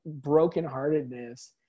brokenheartedness